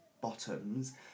bottoms